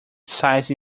size